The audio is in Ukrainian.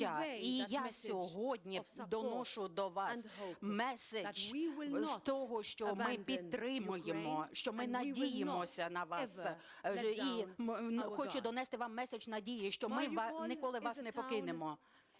І я сьогодні доношу до вас меседж з того, що ми підтримуємо, що ми надіємося на вас, і хочу донести вам меседж надії, що ми ніколи вас не покинемо.